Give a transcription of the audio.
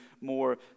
more